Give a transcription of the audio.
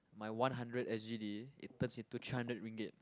my one hundred S_G_D it turns into three hundred ringgit